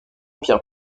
pierre